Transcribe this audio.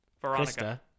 veronica